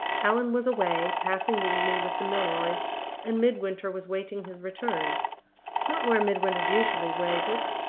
allan was away, passing the evening with the milroys and midwinter was waiting his return not where midwinter usually waited,